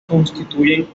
constituyen